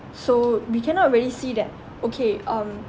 so we cannot really see that okay um